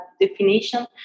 definition